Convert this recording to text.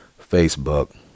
Facebook